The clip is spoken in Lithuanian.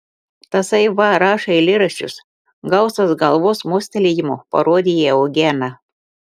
tasai va rašo eilėraščius gausas galvos mostelėjimu parodė į eugeną